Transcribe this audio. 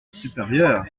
supérieure